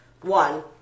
One